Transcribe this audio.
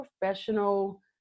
professional